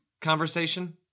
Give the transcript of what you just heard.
conversation